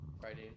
friday